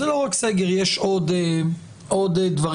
זה לא רק סגר, יש עוד דברים.